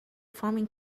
forming